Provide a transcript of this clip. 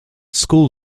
school